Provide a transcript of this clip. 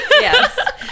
Yes